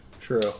True